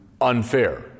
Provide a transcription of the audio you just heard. unfair